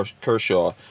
Kershaw